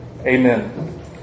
Amen